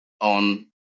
on